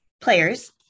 players